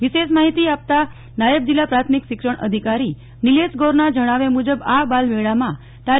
વિશેષ માહિતી આપતાં નાયબ જિલ્લા પ્રાથમિક શિક્ષણાધિકારી નીલેશ ગોરના જણાવ્યા મુજબ આ બાલમેળામાં તા